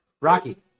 Rocky